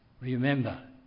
remember